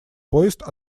поезд